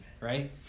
right